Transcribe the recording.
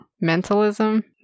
Mentalism